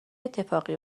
اتفاقی